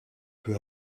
peu